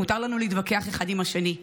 מותר לנו להתווכח אחד עם השני,